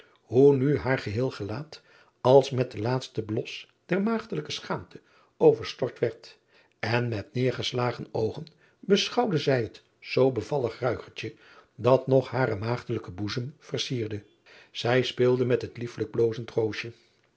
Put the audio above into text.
hoe nu haar geheel gelaat als met het laatste blos der maagdelijke schaamte overstort werd en met neêrgeslagen oogen beschouwde zij het zoo bevallig ruikertje dat nog haren maagdelijken boezem versierde zij speelde met het liefelijk blozend